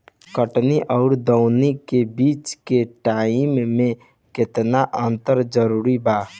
कटनी आउर दऊनी के बीच के टाइम मे केतना अंतर जरूरी बा?